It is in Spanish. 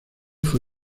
fue